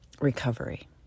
recovery